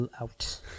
out